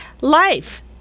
Life